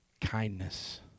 Kindness